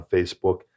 Facebook